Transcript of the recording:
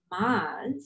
Mars